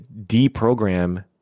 deprogram